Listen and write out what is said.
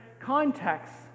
contexts